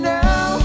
now